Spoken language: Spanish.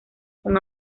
con